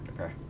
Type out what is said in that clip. Okay